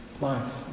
life